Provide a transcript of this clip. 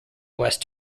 west